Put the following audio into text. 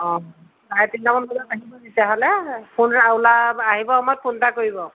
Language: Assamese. অঁ চাৰে তিনিটামান বজাত আহিব তেতিয়াহ'লে ফোন ওলাই আহিব সময়ত ফোন এটা কৰিব